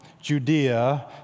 Judea